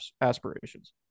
aspirations